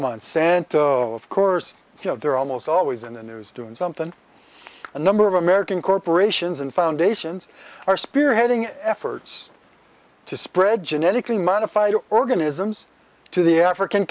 monsanto of course you know they're almost always in the news doing something a number of american corporations and foundations are spearheading efforts to spread genetically modified organisms to the african